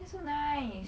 that's so nice